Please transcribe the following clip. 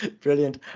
Brilliant